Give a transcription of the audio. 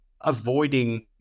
avoiding